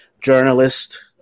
journalist